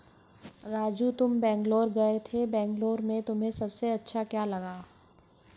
राजू तुम बेंगलुरु गए थे बेंगलुरु में तुम्हें सबसे अच्छा क्या लगा?